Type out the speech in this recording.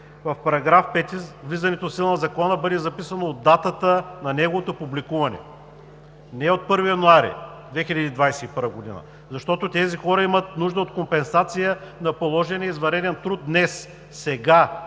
в § 5 влизането в сила на Закона бъде записано „от датата на неговото публикуване“. Не от 1 януари 2021 г., защото тези хора имат нужда от компенсация на положения извънреден труд днес, сега,